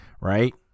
Right